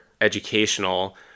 educational